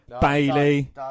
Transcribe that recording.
Bailey